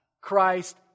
Christ